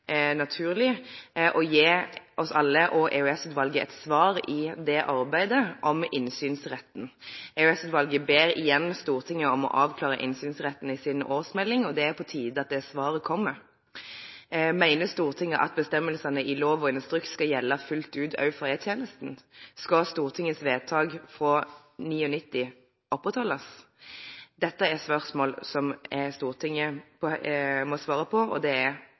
å gi oss alle og EOS-utvalget et svar i arbeidet om innsynsretten. EOS-utvalget ber igjen Stortinget om å avklare innsynsretten i sin årsmelding, og det er på tide at det svaret kommer. Mener Stortinget at bestemmelsene i lov og instruks skal gjelde fullt ut også for E-tjenesten? Skal Stortingets vedtak fra 1999 opprettholdes? Dette er spørsmål som Stortinget må svare på, og det er